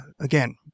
again